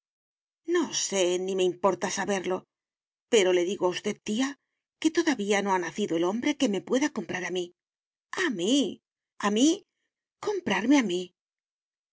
no sé ni me importa saberlo pero le digo a usted tía que todavía no ha nacido el hombre que me pueda comprar a mí a mí a mí comprarme a mí